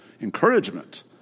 encouragement